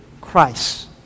Christ